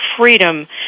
freedom